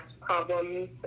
problems